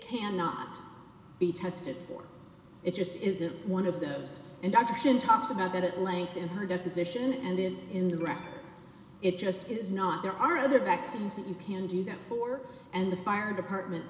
cannot be tested for it just isn't one of those induction talks about that at length in her deposition and it is in the rack it just is not there are other vaccines that you can do that for and the fire department